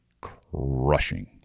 crushing